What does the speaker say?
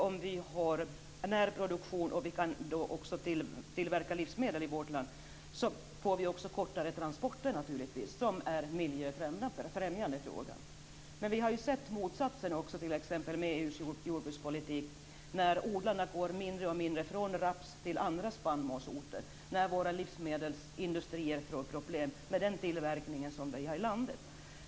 Om vi har närproduktion och därmed även kan tillverka livsmedel i vårt land får vi naturligtvis också kortare transporter, som är miljöfrämjande. Men vi har även sett motsatsen med t.ex. EU:s jordbrukspolitik när odlarna mer och mer går från raps till andra spannmålssorter, när våra livsmedelsindustrier får problem med den tillverkning vi har i landet.